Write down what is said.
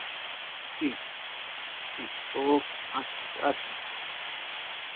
ठीक ऐ ठीक ऐ ओके अच्छा अच्छा